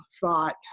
thought